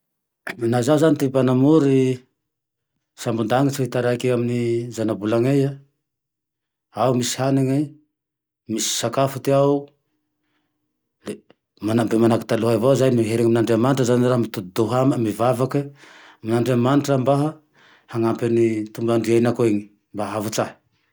Laha zaho zane ty mpanamory sambon-danitse taraiky amine zana-bolane ao misy hanine, misy sakafo ty ao le manao manahaty taloha iny avao raho, miherine amin'Andriamanytse raho, mitodi-doha amay mivavake amin'Andriamanitra mbaha hanampy an'i tongadrenako eny mba hahavotsy ahy